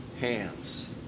hands